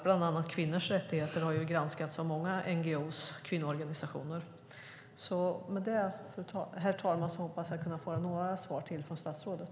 Bland annat kvinnors rättigheter har granskats av många NGO:er, kvinnoorganisationer. Med det, herr talman, hoppas jag kunna få några svar till från statsrådet.